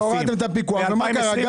והורדת את הפיקוח ומה קרה?